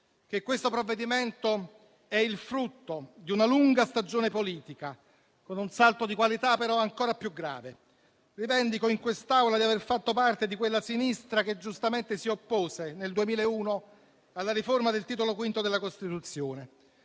questo provvedimento è il frutto di una lunga stagione politica, con un salto di qualità però ancora più grave. Rivendico in quest'Aula di aver fatto parte di quella sinistra che giustamente nel 2001 si oppose alla riforma del Titolo V della Costituzione.